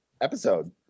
episode